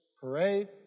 parade